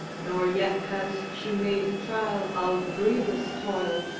nor yet has she made trial of grievous toil,